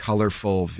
Colorful